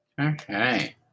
Okay